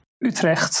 Utrecht